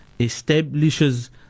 establishes